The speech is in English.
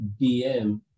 dm